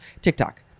TikTok